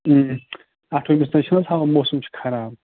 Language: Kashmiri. اَٹھوُہمِس تام چھِنہٕ حظ ہاوان مُوسَم چھُ خَراب